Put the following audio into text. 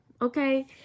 Okay